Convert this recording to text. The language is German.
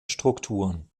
strukturen